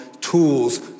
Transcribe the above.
tools